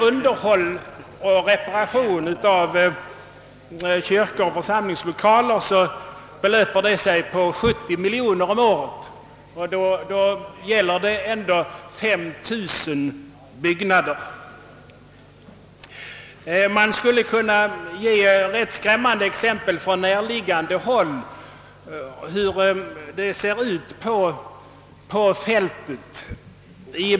Underhåll och reparation av kyrkor och församlingslokaler belöper sig till 70 miljoner kronor om året, och då gäller det ändå 5000 byggnader. Jag skulle kunna anföra rätt skrämmande exempel från nära håll på hur det ser ut på fältet.